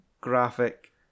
graphic